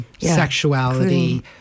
sexuality